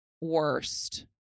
worst